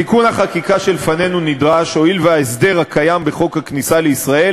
תיקון החקיקה שלפנינו נדרש הואיל וההסדר הקיים בחוק הכניסה לישראל